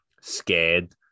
scared